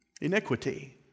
iniquity